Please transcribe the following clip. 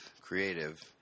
creative